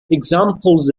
examples